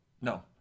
No